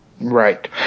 Right